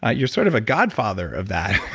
ah you're sort of a godfather of that.